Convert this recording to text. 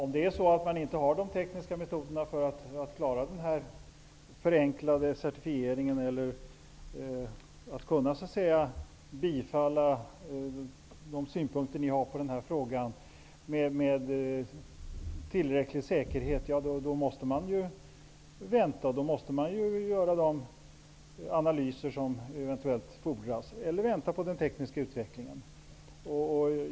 Herr talman! Om inte de tekniska metoderna finns för att man skall klara av den förenklade certifieringen med tillräcklig säkerhet måste man vänta. Då går det inte heller att bifalla de synpunkter som ni har i den här frågan. Man måste göra de analyser som eventuellt fordras eller invänta den tekniska utvecklingen.